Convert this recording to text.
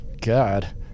God